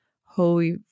Holy